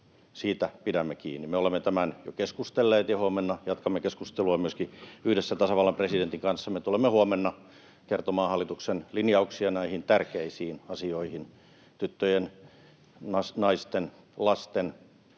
Siitä pidämme kiinni. Me olemme tämän jo keskustelleet, ja huomenna jatkamme keskustelua myöskin yhdessä tasavallan presidentin kanssa. Me tulemme huomenna kertomaan hallituksen linjauksia näihin tärkeisiin asioihin — tyttöjen, naisten, lasten,